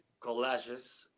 collages